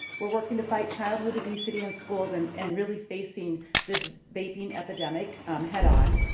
we're working to fight childhood obesity in schools, and and really facing this vaping epidemic head-on.